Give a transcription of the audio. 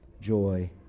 Joy